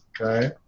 okay